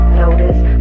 notice